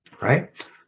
right